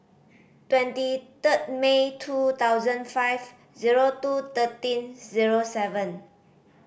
twenty third May two thousand five zero two thirteen zero seven